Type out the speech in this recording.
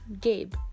Gabe